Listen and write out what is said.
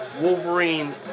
Wolverine